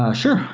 um sure,